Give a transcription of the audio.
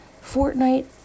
Fortnite